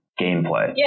gameplay